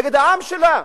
נגד העם שלה,